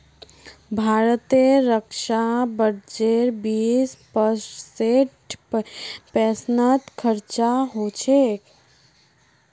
भारतेर रक्षा बजटेर बीस परसेंट पेंशनत खरचा ह छेक